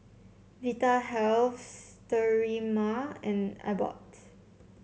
Vitahealth Sterimar and Abbott